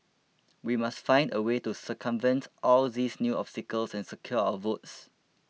we must find a way to circumvent all these new obstacles and secure our votes